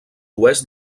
oest